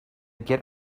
get